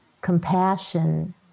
compassion